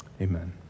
Amen